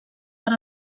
per